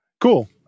Cool